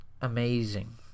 amazing